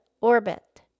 orbit